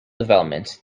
developments